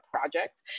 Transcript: project